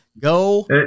Go